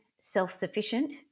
self-sufficient